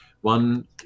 one